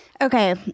Okay